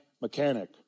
mechanic